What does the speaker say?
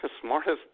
smartest